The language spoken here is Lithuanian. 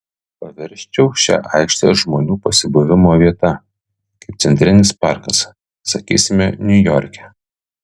paversčiau šią aikštę žmonių pasibuvimo vieta kaip centrinis parkas sakysime niujorke